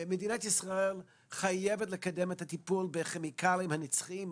מדינת ישראל חייבת לקדם את הטיפול בכימיקלים הנצחיים,